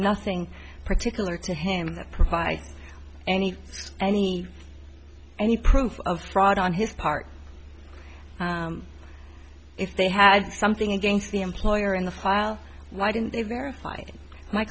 nothing particular to him that provides any any any proof of fraud on his part if they had something against the employer in the file why didn't they verif